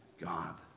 God